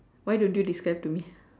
why don't you describe to me